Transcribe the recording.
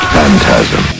Phantasm